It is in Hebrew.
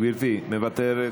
גברתי, מוותרת,